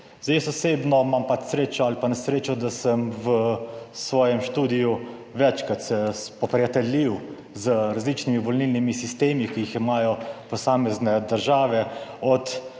Zdaj jaz osebno imam pač srečo ali pa nesrečo, da sem v svojem študiju večkrat se spoprijateljil z različnimi volilnimi sistemi, ki jih imajo posamezne države